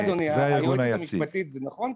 היועצת המשפטית, זה נכון?